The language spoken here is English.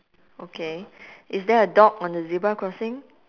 okay is there a dog on the zebra crossing